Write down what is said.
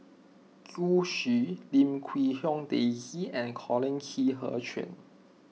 Zhu Xu Lim Quee Hong Daisy and Colin Qi Zhe Quan